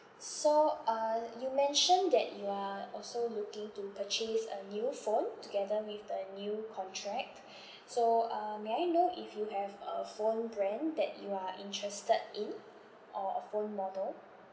so uh you mentioned that you are also looking to purchase a new phone together with the new contract so uh may I know if you have a phone brand that you are interested in or a phone model